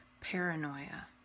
paranoia